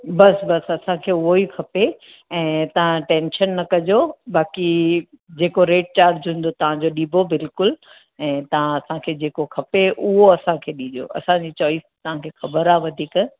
बसि बसि असांखे उहोई खपे ऐं तव्हां टेंशन न कजो बाक़ी जेको रेट चार्ज हूंदो तव्हांजो ॾिबो बिल्कुलु ऐं तव्हां असांखे जेको खपे उहो असांखे ॾिजो असांजी चॉइस तव्हांखे ख़बर आहे वधीक